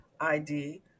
ID